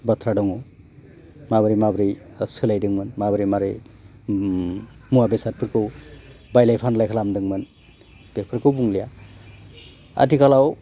बाथ्रा दङ माबोरै माबोरै सोलायदोंमोन माबोरै माबोरै मुवा बेसादफोरखौ बायलाय फानलाय खालामदोंमोन बेफोरखौ बुंलिया आथिखालाव